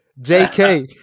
JK